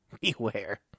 beware